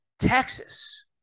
Texas